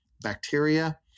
bacteria